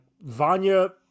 Vanya